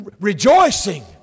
rejoicing